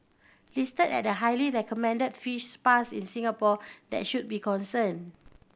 listed at the highly recommended fish spas in Singapore that should be concerned